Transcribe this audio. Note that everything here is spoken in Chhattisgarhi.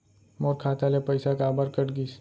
मोर खाता ले पइसा काबर कट गिस?